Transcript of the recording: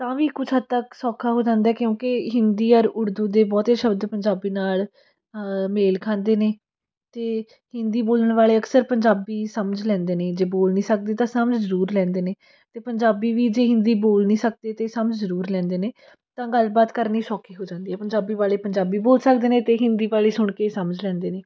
ਤਾਂ ਵੀ ਕੁਝ ਹੱਦ ਤੱਕ ਸੌਖਾ ਹੋ ਜਾਂਦਾ ਕਿਉਂਕਿ ਹਿੰਦੀ ਔਰ ਉਰਦੂ ਦੇ ਬਹੁਤੇ ਸ਼ਬਦ ਪੰਜਾਬੀ ਨਾਲ ਮੇਲ ਖਾਂਦੇ ਨੇ ਅਤੇ ਹਿੰਦੀ ਬੋਲਣ ਵਾਲੇ ਅਕਸਰ ਪੰਜਾਬੀ ਸਮਝ ਲੈਂਦੇ ਨੇ ਜੇ ਬੋਲ ਨਹੀਂ ਸਕਦੇ ਤਾਂ ਸਮਝ ਜ਼ਰੂਰ ਲੈਂਦੇ ਨੇ ਅਤੇ ਪੰਜਾਬੀ ਵੀ ਜੇ ਹਿੰਦੀ ਬੋਲ ਨਹੀਂ ਸਕਦੇ ਤਾਂ ਸਮਝ ਜ਼ਰੂਰ ਲੈਂਦੇ ਨੇ ਤਾਂ ਗੱਲਬਾਤ ਕਰਨੀ ਸੌਖੀ ਹੋ ਜਾਂਦੀ ਪੰਜਾਬੀ ਵਾਲੇ ਪੰਜਾਬੀ ਬੋਲ ਸਕਦੇ ਅਤੇ ਹਿੰਦੀ ਵਾਲੇ ਸੁਣਕੇ ਸਮਝ ਲੈਂਦੇ ਨੇ